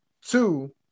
Two